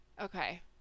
Okay